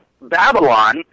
Babylon